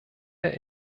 der